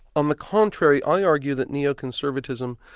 on the contrary, i argue that neoconservatism,